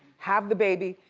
have the baby,